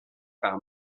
par